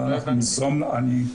אבל אנחנו ניזום את זה.